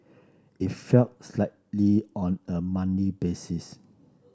it fell slightly on a monthly basis